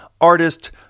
artist